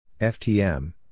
FTM